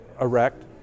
erect